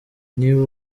niba